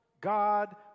God